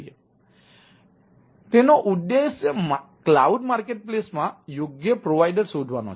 તેથી તેનો ઉદ્દેશ ક્લાઉડ માર્કેટપ્લેસ માં યોગ્ય પ્રોવાઇડર શોધવાનો છે